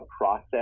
process